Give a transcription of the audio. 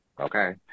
Okay